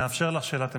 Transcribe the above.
נאפשר לך שאלת המשך,